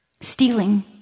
stealing